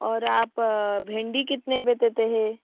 और आप भिंडी कितने में देते हैं